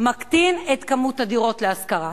מקטין את כמות הדירות להשכרה.